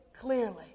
clearly